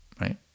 right